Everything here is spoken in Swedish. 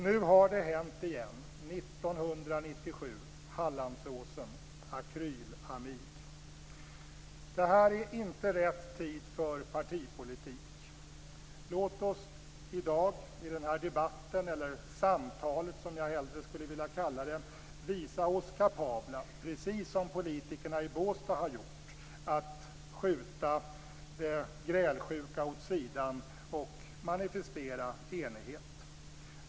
Nu har det hänt igen. År 1997 är det Hallandsåsen och akrylamid. Det här är inte rätt tid för partipolitik. Låt oss i dag i den här debatten, eller samtalet, som jag hellre skulle vilja kalla det, visa oss kapabla att precis som politikerna i Båstad skjuta det grälsjuka åt sidan och manifestera enighet.